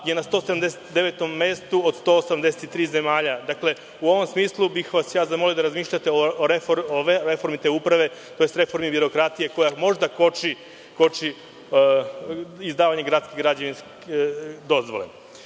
je na 179 mestu od 183 zemlje. U ovom smislu bih vas zamolio da razmišljate o reformi te uprave tj. reformi birokratije koja možda koči izdavanje gradske građevinske dozvole. Pitao